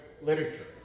literature